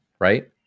right